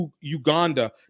Uganda